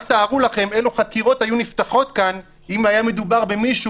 רק תארו לכם אלו חקירות היו נפתחות כאן אם היה מדובר במישהו